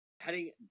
Heading